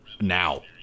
now